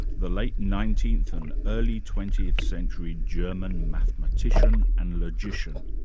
the late nineteenth and early twentieth century german mathematician and logician.